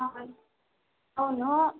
ఆహా అవును